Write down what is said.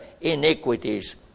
iniquities